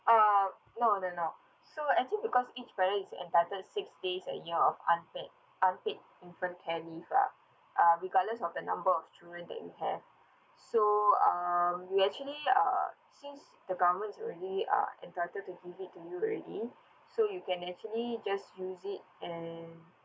uh no the no so actually because each parent is entitled six days a year of unpaid unpaid infant care leave lah uh regardless of the number of children that you have so um we actually uh since the government is already uh entitled to give it to you already so you can actually just use it and